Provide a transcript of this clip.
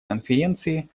конференции